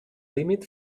límit